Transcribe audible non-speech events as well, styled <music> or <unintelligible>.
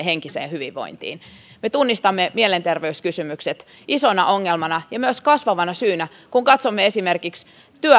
<unintelligible> henkiseen hyvinvointiin me tunnistamme mielenterveyskysymykset isona ongelmana ja myös kasvavana syynä kun katsomme esimerkiksi